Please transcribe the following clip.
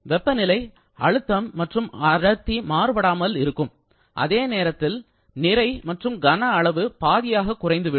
வெப்பநிலை அழுத்தம் மற்றும் அடர்த்தி மாறுபடாமல் இருக்கும் அதே நேரத்தில் நிறை மற்றும் கன அளவு பாதியாக குறைந்துவிடும்